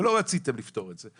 ולא רציתם לפתור את זה.